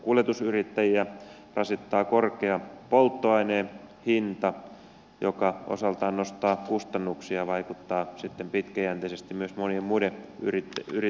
kuljetusyrittäjiä rasittaa korkea polttoaineen hinta joka osaltaan nostaa kustannuksia ja vaikuttaa sitten pitkäjänteisesti myös monien muiden yrittäjien toimintaan